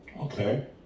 Okay